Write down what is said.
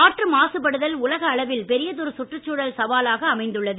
காற்று மாசுபடுதல் உலக அளவில் பெரியதொரு சுற்றுச்சூழல் சவாலாக அமைந்துள்ளது